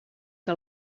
que